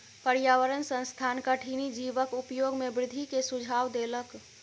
पर्यावरण संस्थान कठिनी जीवक उपयोग में वृद्धि के सुझाव देलक